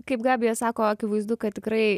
kaip gabija sako akivaizdu kad tikrai